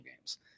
games